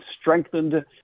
strengthened